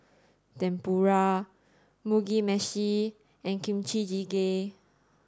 Tempura Mugi meshi and Kimchi jjigae